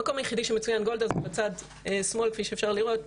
המקום היחידי שמצוין גולדה זה בצד שמאל כפי שאפשר לראות,